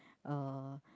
uh